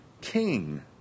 king